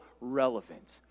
relevant